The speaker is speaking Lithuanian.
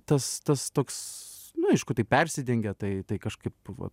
tas tas toks nu aišku tai persidengia tai tai kažkaip va